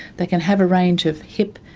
they can have a range of hip,